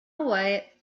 away